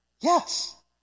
Yes